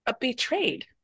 betrayed